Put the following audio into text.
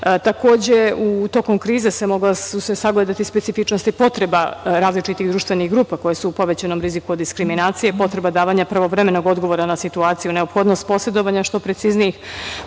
druge. Takođe, tokom krize su se mogla sagledati specifičnosti potreba različitih društvenih grupa koje su u povećanom riziku od diskriminacije, potreba davanja pravovremenog odgovora na situaciju, neophodnost posedovanja što preciznijih